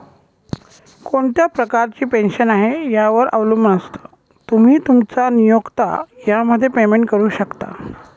कोणत्या प्रकारची पेन्शन आहे, यावर अवलंबून असतं, तुम्ही, तुमचा नियोक्ता यामध्ये पेमेंट करू शकता